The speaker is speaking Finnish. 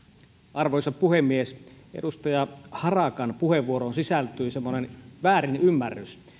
arvoisa puhemies edustaja harakan puheenvuoroon sisältyi semmoinen väärinymmärrys